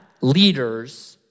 leaders